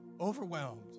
overwhelmed